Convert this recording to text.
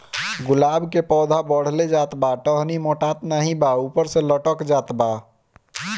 गुलाब क पौधा बढ़ले जात बा टहनी मोटात नाहीं बा ऊपर से लटक जात बा?